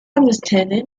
understanding